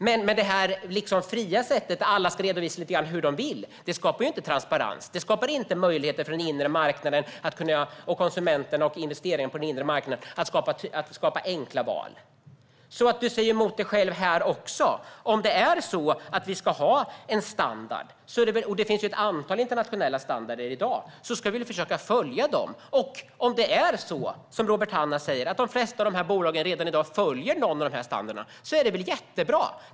Men det här fria sättet där alla ska redovisa lite hur de vill skapar inte transparens. Det skapar inte möjligheter för den inre marknaden eller för konsumenterna och investerarna på den inre marknaden att göra enkla val. Du säger emot dig själv här också. Det finns ett antal internationella standarder i dag, och om vi ska ha en standard ska vi försöka följa dem. Om det är så som Robert Hannah säger - att de flesta bolag redan i dag följer någon av dessa standarder - är väl det jättebra!